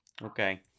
Okay